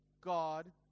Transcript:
God